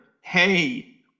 Hey